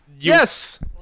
Yes